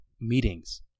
meetings